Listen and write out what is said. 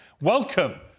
Welcome